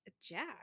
Jack